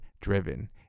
driven